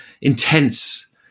intense